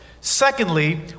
Secondly